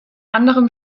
anderem